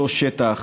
אותו שטח.